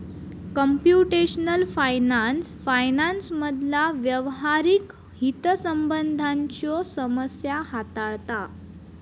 computational finance फायनान्समधला व्यावहारिक हितसंबंधांच्यो समस्या हाताळता